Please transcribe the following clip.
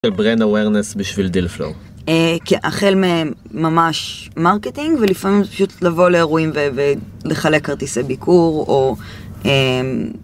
brain awareness בשביל דילפלור. אה, כן, החל מממש מרקטינג, ולפעמים זה פשוט לבוא לאירועים ו ו ו... לחלק כרטיסי ביקור, או, אה...